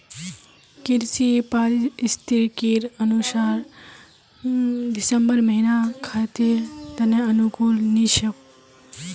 कृषि पारिस्थितिकीर अनुसार दिसंबर महीना खेतीर त न अनुकूल नी छोक